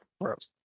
Gross